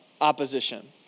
opposition